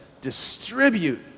distribute